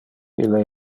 ille